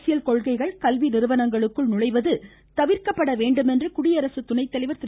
அரசியல் கொள்கைகள் கல்வி நிறுவனங்களுக்குள் நுழைவது தவிர்க்கப்பட வேண்டும் என்று குடியரசு துணை தலைவர் திரு